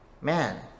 man